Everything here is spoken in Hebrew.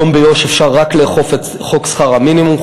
היום ביו"ש אפשר רק לאכוף את חוק שכר מינימום,